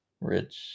rich